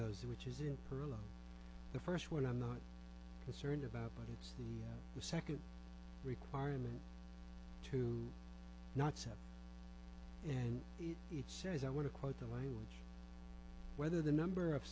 those which is in the first one i'm not concerned about but it's the second requirement to not sell and it says i want to quote the language whether the number of